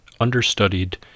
understudied